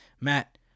Matt